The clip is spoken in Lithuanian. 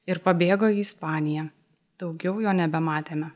ir pabėgo į ispaniją daugiau jo nebematėme